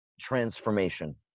transformation